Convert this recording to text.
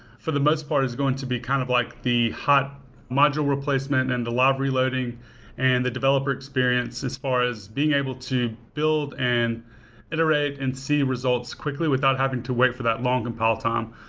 for the most part, it's going to be kind of like the hot module replacement and the live reloading and the developer experience as far as being able to build and iterate and see results quickly without having to wait for that long compile time.